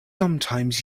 sometimes